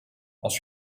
als